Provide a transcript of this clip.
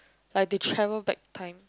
like they travel back to time